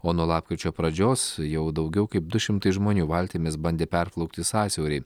o nuo lapkričio pradžios jau daugiau kaip du šimtai žmonių valtimis bandė perplaukti sąsiaurį